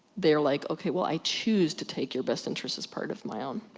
they're like ok, well i choose to take your best interests as part of my own.